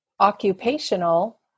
occupational